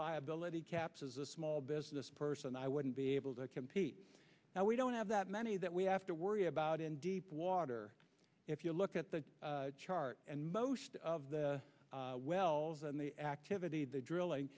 liability caps as a small business person i wouldn't be able to compete now we don't have that many that we have to worry about in deep water if you look at the chart and most of the wells and the activity the drilling